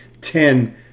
ten